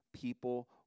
people